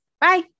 Bye